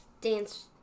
dance